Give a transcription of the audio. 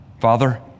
Father